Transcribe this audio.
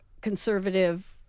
conservative